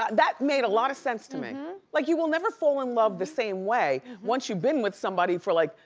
that made a lot of sense to me. like you will never fall in love the same way once you've been with somebody for like,